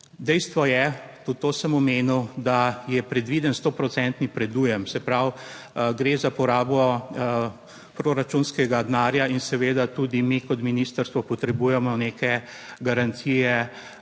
Dejstvo je, tudi to sem omenil, da je predviden stoprocentni predujem, se pravi, gre za porabo proračunskega denarja in seveda tudi mi kot ministrstvo potrebujemo neke garancije